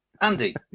Andy